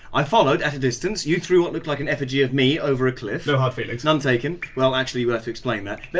i followed at a distance, you threw what looked like an effigy of me over a cliff no hard feelings. none taken well actually, you will have to explain that yeah